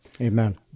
Amen